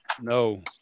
No